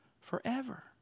forever